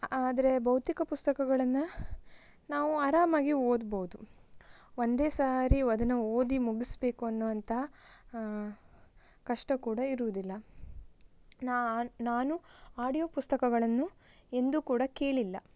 ಆದರೆ ಭೌತಿಕ ಪುಸ್ತಕಗಳನ್ನು ನಾವು ಆರಾಮಾಗಿ ಓದ್ಬೌದು ಒಂದೇ ಸಾರಿ ಅದನ್ನು ಓದಿ ಮುಗಿಸ್ಬೇಕು ಅನ್ನೋವಂತಹ ಕಷ್ಟ ಕೂಡ ಇರುವುದಿಲ್ಲ ನಾನು ನಾನು ಆಡಿಯೋ ಪುಸ್ತಕಗಳನ್ನು ಎಂದೂ ಕೂಡ ಕೇಳಿಲ್ಲ